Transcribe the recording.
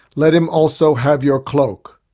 let him also have your cloak.